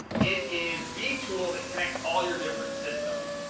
it is the tool that connects all your different systems.